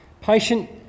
Patient